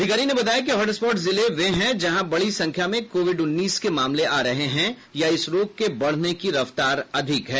अधिकारी ने बताया कि हॉटस्पॉट जिले वे हैं जहां बड़ी संख्या में कोविड उन्नीस के मामले आ रहे हैं या इस रोग के बढ़ने की रफ्तार अधिक है